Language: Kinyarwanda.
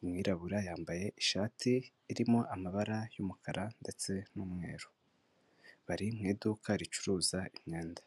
umwirabura yambaye ishati irimo amabara y'umukara ndetse n'umweru bari mu iduka ricuruza imyenda.